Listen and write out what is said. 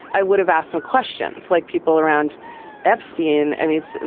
i would have asked some questions like people around epstein. i mean,